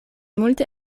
multe